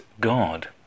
God